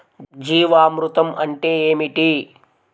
జీవామృతం అంటే ఏమిటి?